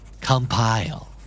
Compile